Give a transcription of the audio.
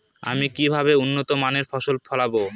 আমি কিভাবে উন্নত মানের ফসল ফলাব?